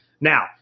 Now